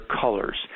colors